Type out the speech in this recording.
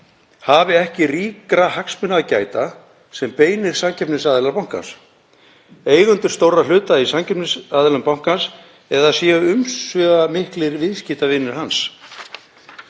hafi ekki ríkra hagsmuna að gæta sem beinir samkeppnisaðilar bankans, eigendur stórra hluta í samkeppnisaðilum bankans eða séu umsvifamiklir viðskiptavinir hans.